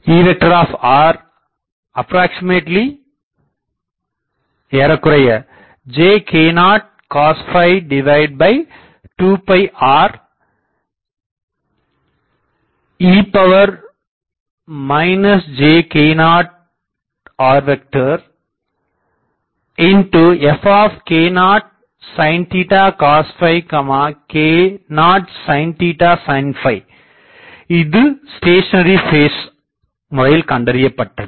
Ejk0cos2re jk0rfk0sincosk0sinsin இது stationary phase முறையில் கண்டறியப்பட்டது